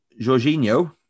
Jorginho